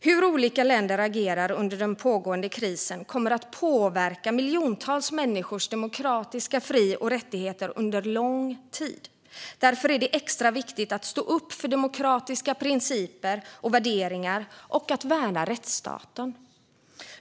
Hur olika länder agerar under den pågående krisen kommer att påverka miljontals människors demokratiska fri och rättigheter under lång tid. Därför är det extra viktigt att stå upp för demokratiska principer och värderingar och att värna rättsstaten.